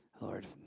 Lord